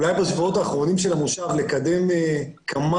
-- אולי בשבועות האחרונים של המושב לקדם כמה